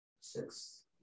six